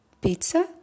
pizza